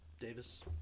Davis